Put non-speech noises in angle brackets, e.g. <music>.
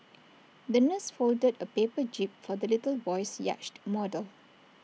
<noise> the nurse folded A paper jib for the little boy's yacht model